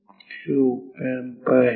हे op amp आहेत